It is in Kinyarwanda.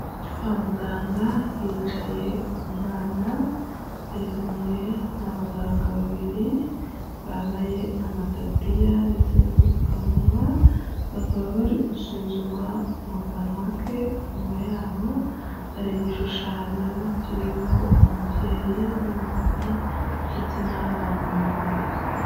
Kwa muganga hicaye umwana ari kumwe n'abaganga babiri bambaye amataburiya ndetse n'udupfukamunwa bakaba bari gusuzuma mu kanwa ke inyuma yabo hari igishushanyo kiriho umubyeyi n'umupapa ndetse n'abana babiri.